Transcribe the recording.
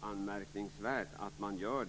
anmärkningsvärt att man gör det.